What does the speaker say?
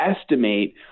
estimate